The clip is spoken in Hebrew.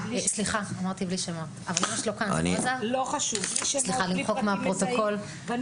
בלי שמות ובלי פרטים מזהים.